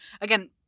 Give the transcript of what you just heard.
again